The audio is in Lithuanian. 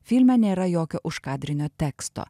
filme nėra jokio užkadrinio teksto